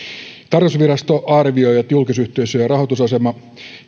tarkastusvirasto arvioi että julkisyhteisöjen rahoitusasema